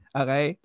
okay